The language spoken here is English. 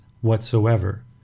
whatsoever